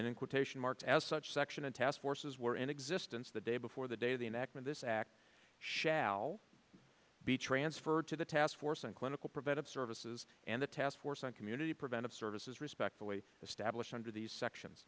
then in quotation marks as such section a task forces were in existence the day before the day of the enactment this act shall be transferred to the task force and clinical preventive services and the task force on community preventive services respect the way the stablish under these sections